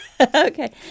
Okay